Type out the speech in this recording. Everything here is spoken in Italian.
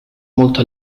molto